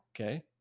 Okay